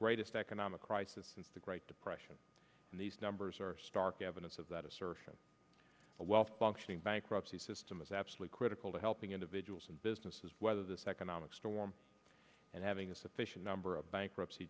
greatest economic crisis since the great depression and these numbers are stark evidence of that assertion a well functioning bankruptcy system is absolutely critical to helping individuals and businesses weather this economic storm and having a sufficient number of bankruptcy